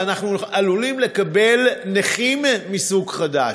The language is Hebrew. ואנחנו עלולים לקבל נכים מסוג חדש.